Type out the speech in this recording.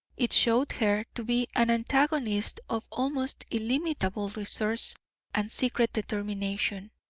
it showed her to be an antagonist of almost illimitable resource and secret determination.